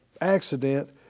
accident